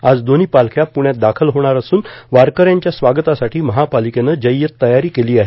आज दोव्ही पालख्या पुण्यात दाखल होणार असून वारक ्यांच्या स्वागतासाठी महापालिकेनं जय्यत तयारी केली आहे